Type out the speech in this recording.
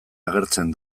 agertzen